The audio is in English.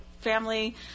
family